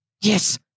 Yes